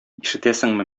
ишетәсеңме